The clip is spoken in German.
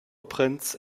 prince